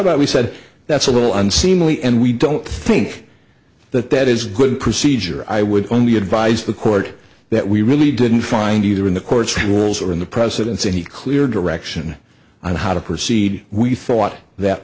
about we said that's a little unseemly and we don't think that that is a good procedure i would only advise the court that we really didn't find either in the court's rules or in the president's any clear direction on how to proceed we thought that